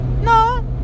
No